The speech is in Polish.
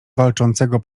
walczącego